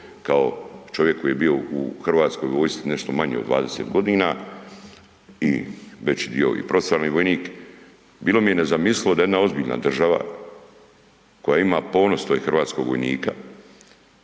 kao čovjek koji je bio u Hrvatskoj vojsci nešto manje od 20 godina i veći dio i profesionalni vojnik bilo mi je nezamislivo da jedna ozbiljna država koja ima ponos to je hrvatskog vojnika